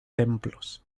templos